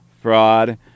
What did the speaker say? fraud